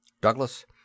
Douglas